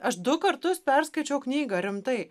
aš du kartus perskaičiau knygą rimtai